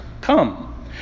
come